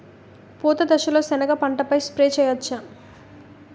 పూత దశలో సెనగ పంటపై స్ప్రే చేయచ్చా?